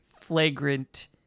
flagrant